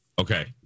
Okay